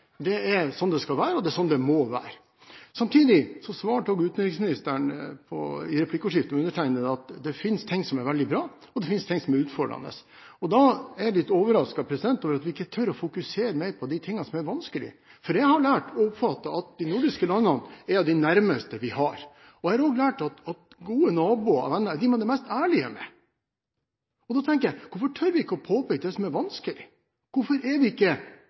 sånn det skal være – det er sånn det må være. Samtidig svarte også utenriksministeren i replikkordskiftet med undertegnede at det finnes ting som er veldig bra, og det finnes ting som er utfordrende. Da er jeg litt overrasket over at vi ikke tør å fokusere mer på de tingene som er vanskelig. For jeg har lært, og oppfatter, at de nordiske landene er av de nærmeste vi har. Jeg har også lært at gode naboer og venner er dem man er mest ærlig med. Og da tenker jeg: Hvorfor tør vi ikke å påpeke det som er vanskelig? Hvorfor er vi ikke